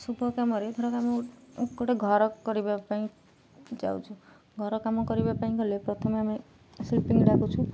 ଶୁଭକାମରେ କାମ ଗୋଟେ ଘର କରିବା ପାଇଁ ଯାଉଛୁ ଘର କାମ କରିବା ପାଇଁ ଗଲେ ପ୍ରଥମେ ଆମେ ଶିଳ୍ପିଙ୍କି ଡାକୁଛୁ